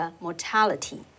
mortality